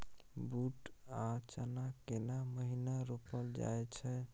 बूट आ चना केना महिना रोपल जाय छै?